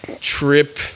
trip